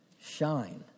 shine